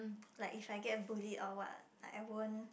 like if I get bullied or what I won't